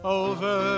over